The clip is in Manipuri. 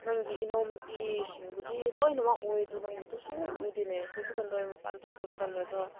ꯅꯪꯒꯤ ꯏꯅꯥꯎ ꯅꯨꯄꯤꯁꯤꯡꯕꯨꯗꯤ ꯂꯣꯏꯅꯃꯛ ꯎꯌꯦ ꯑꯗꯨ ꯅꯪꯕꯨꯗꯤ ꯁꯨꯛꯎ ꯎꯗꯦꯅꯦ ꯍꯧꯖꯤꯛꯀꯥꯟꯗꯣ ꯑꯩ ꯃꯄꯥꯟ ꯊꯣꯛꯄ ꯃꯇꯝꯗ ꯑꯗꯣ